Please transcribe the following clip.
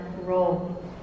role